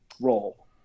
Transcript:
role